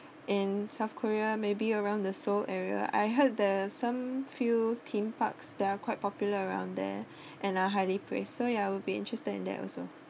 in south korea maybe around the seoul area I heard there are some few theme parks that are quite popular around there and are highly praised so ya will be interested in that also